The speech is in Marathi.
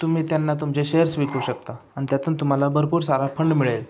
तुम्ही त्यांना तुमचे शेअर्स विकू शकता आणि त्यातून तुम्हाला भरपूर सारा फंड मिळेल